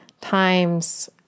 times